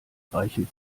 reichen